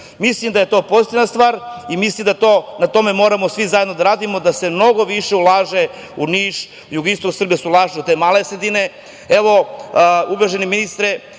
Nišu. Mislim da je to pozitivna stvar. Mislim da na tome moramo svi zajedno da radimo da se mnogo više ulaže u Niš, u jugoistok Srbije, da se ulaže u te male sredine. Uvaženi